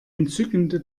entzückende